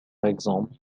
exemple